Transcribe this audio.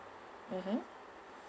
mmhmm